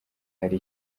hari